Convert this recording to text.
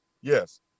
yes